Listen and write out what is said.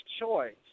Choice